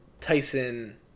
Tyson